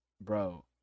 bro